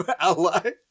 ally